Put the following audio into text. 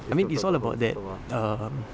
I mean it's all about that um